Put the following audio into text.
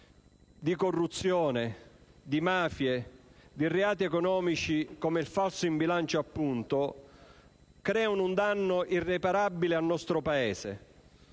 di corruzione, mafie e reati economici come il falso in bilancio crea un danno irreparabile al nostro Paese.